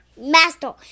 Master